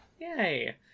Yay